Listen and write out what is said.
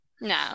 no